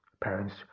parents